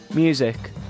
Music